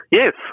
Yes